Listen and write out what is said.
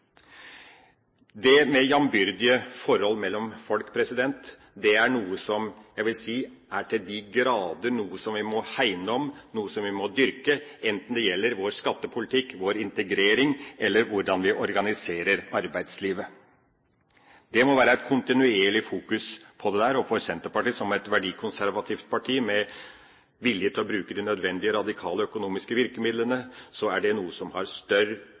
jambyrdige forhold mellom folk er noe som vi til de grader må hegne om, noe som vi må dyrke, enten det gjelder vår skattepolitikk, vår integrering eller hvordan vi organiserer arbeidslivet. Det må være et kontinuerlig fokus på dette. Senterpartiet er et verdikonservativt parti med vilje til å bruke de nødvendige radikale økonomiske virkemidlene, så det er noe som har